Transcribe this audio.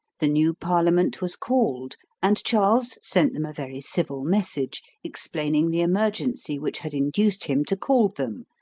the new parliament was called, and charles sent them a very civil message, explaining the emergency which had induced him to call them,